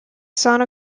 santa